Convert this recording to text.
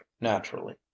naturally